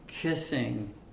kissing